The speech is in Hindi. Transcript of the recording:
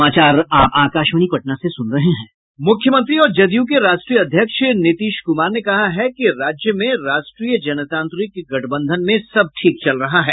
मुख्यमंत्री और जदयू के राष्ट्रीय अध्यक्ष नीतीश कुमार ने कहा है राज्य में राष्ट्रीय जनतांत्रिक गठबंधन में सब ठीक चल रहा है